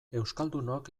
euskaldunok